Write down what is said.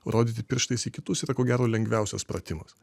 rodyti pirštais į kitus yra ko gero lengviausias pratimas